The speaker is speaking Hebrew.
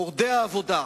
מורדי העבודה,